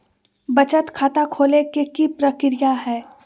बचत खाता खोले के कि प्रक्रिया है?